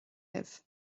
libh